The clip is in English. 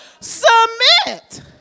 Submit